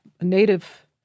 native